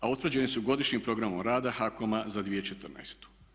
A utvrđeni su godišnjim programom rada HAKOM-a za 2014.